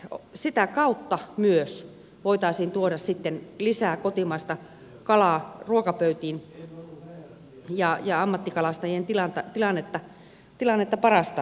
mutta sitä kautta myös voitaisiin tuoda sitten lisää kotimaista kalaa ruokapöytiin ja ammattikalastajien tilannetta parantaa